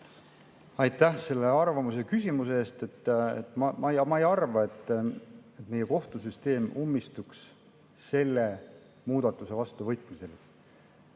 Aitäh selle arvamuse ja küsimuse eest! Ma ei arva, et meie kohtusüsteem ummistuks selle muudatuse vastuvõtmisel.